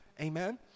Amen